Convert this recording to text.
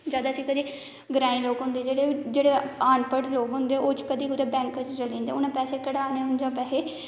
ज्यादा इस करियै ग्राईं लोक होंदे जेहडे़ अनपढ़ लोक होंदे ओह् कंदे कुते बैंक च चली जंदे बेंक च पेसे कढाने होन जा पेसे